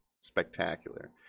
spectacular